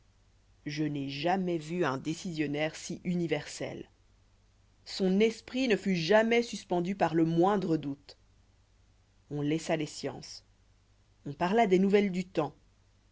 je n'ai jamais vu un décisionnaire si universel son esprit ne fut jamais suspendu par le moindre doute on laissa les sciences on parla des nouvelles du temps